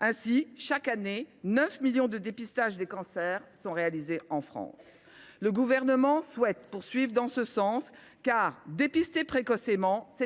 Ainsi, chaque année, 9 millions de dépistages des cancers sont réalisés en France. Le Gouvernement souhaite poursuivre dans ce sens, car dépister précocement, c’est